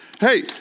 hey